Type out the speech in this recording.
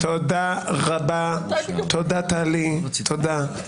האמת שזה חוק מעניין מאוד.